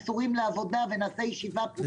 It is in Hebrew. מסורים לעבודה ונעשה ישיבה פרודוקטיבית.